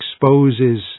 exposes